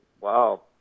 wow